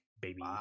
baby